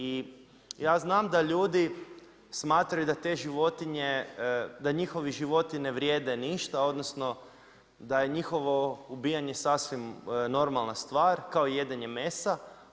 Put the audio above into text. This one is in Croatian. I ja znam da ljudi, smatraju da te životinje, da njihovi životi ne vrijede ništa, odnosno, da je njihovo ubijanje sasvim normalna stvar, kao i jedenje mesa.